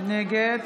נגד